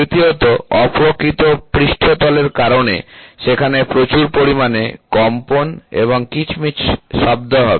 তৃতীয়ত অপ্রকৃত পৃষ্ঠতলের কারণে সেখানে প্রচুর পরিমাণে কম্পন এবং কিচ্মিচ্ শব্দ হবে